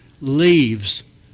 leaves